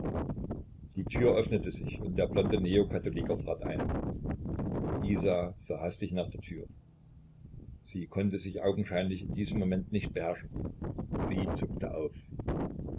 die tür öffnete sich der blonde neokatholiker trat ein isa sah hastig nach der tür sie konnte sich augenscheinlich in diesem moment nicht beherrschen sie zuckte auf